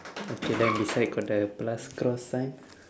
okay then beside got the plus cross sign